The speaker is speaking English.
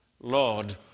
Lord